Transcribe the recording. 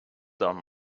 down